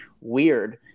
weird